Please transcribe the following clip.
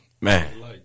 Man